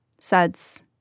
suds